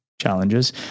challenges